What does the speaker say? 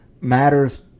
matters